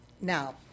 Now